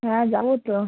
হ্যাঁ যাব তো